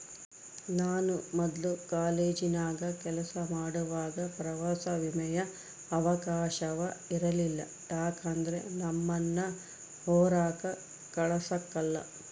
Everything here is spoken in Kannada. ನಾನು ಮೊದ್ಲು ಕಾಲೇಜಿನಾಗ ಕೆಲಸ ಮಾಡುವಾಗ ಪ್ರವಾಸ ವಿಮೆಯ ಅವಕಾಶವ ಇರಲಿಲ್ಲ ಯಾಕಂದ್ರ ನಮ್ಮುನ್ನ ಹೊರಾಕ ಕಳಸಕಲ್ಲ